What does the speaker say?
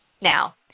Now